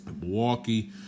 Milwaukee